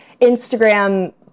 Instagram